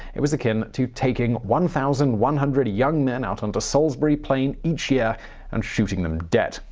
it was akin to taking one thousand one hundred young men out onto salisbury plain each year and shooting them dead.